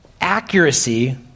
accuracy